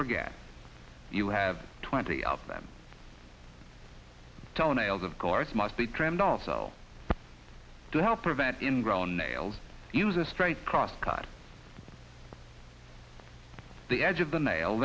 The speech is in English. forget you have twenty of them toenails of course must be trimmed also to help prevent in grown nails use a straight cross cut the edge of the nail